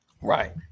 Right